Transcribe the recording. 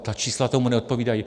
Ta čísla tomu neodpovídají.